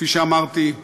כפי שאמרתי,